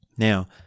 Now